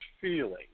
feeling